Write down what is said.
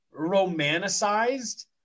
romanticized